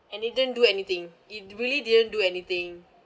and it didn't do anything it really didn't do anything